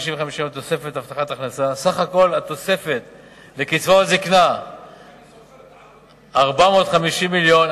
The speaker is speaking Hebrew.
סך הכול התוספת לקצבאות זיקנה 450 מיליון,